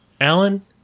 Alan